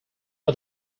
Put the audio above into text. are